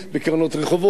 לראות אתך סרטים,